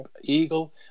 Eagle